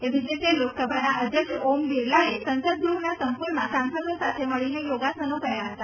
એવી જ રીતે લોકસભાના અધ્યક્ષ ઓમ બિરલાએ સંસદગ્રહના સંક્લમાં સાંસદો સાથે મળીને યોગાસનો કર્યા હતા